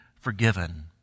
forgiven